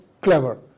clever